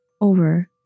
over